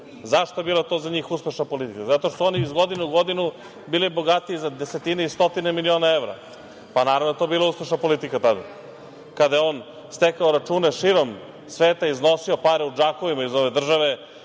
Zašto je to bila za njih uspešna politika? Zato što oni iz godine i godinu su bili bogatiji za desetine i stotine miliona evra. Naravno da je to bila uspešna politika tada kada je on stekao račune širom sveta, iznosio pare u džakovima iz ove države,